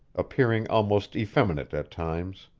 appearing almost effeminate at times.